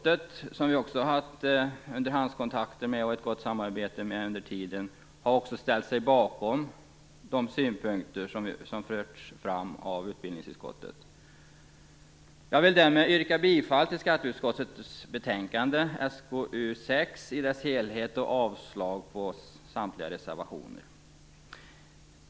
Vi har haft underhandskontakter och ett gott samarbete med skatteutskottet, och det har ställt sig bakom de synpunkter som har förts fram av utbildningsutskottet. Jag yrkar bifall till hemställan i skatteutskottets betänkande SkU6 i dess helhet och avslag på samtliga reservationer.